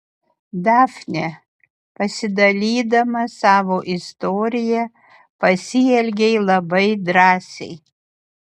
dafne pasidalydama savo istorija pasielgei labai drąsiai